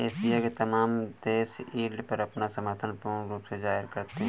Asia के तमाम देश यील्ड पर अपना समर्थन पूर्ण रूप से जाहिर करते हैं